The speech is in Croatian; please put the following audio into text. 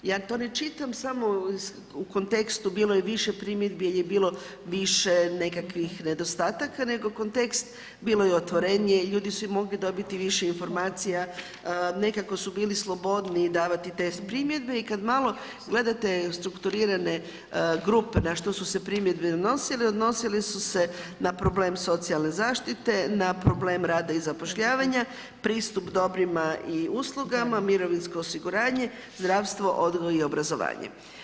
Ja to ne čitam samo u kontekstu bilo je više primjedbi jer je bilo više nekakvih nedostataka, nego kontekst bilo je otvorenije, ljudi su mogli dobiti više informacija, nekako su bili slobodniji davati te primjedbe i kad malo gledate strukturirane grupe na što su se primjedbe odnosile, odnosile su se na problem socijalne zaštite, na problem rada i zapošljavanja, pristup dobrima i uslugama, mirovinsko osiguranje, zdravstvo, odgoj i obrazovanje.